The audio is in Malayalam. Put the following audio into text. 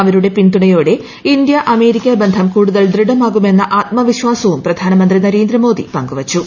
അവരുടെ പിന്തുണയോടെ ഇന്ത്യ അമേരിക്ക ബന്ധം കൂടുതൽ ദൃഡമാകുമെന്ന ആത്മവിശ്വാസവും പ്രധാനമന്ത്രി നരേന്ദ്രമോഡി പങ്കുവച്ചു